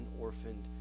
orphaned